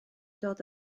dod